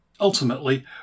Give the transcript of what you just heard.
Ultimately